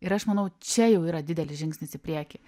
ir aš manau čia jau yra didelis žingsnis į priekį